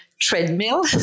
treadmill